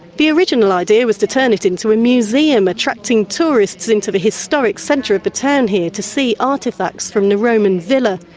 the original idea was to turn it into a museum, attracting tourists into the historic centre of the but town here to see artefacts from the roman villa.